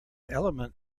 element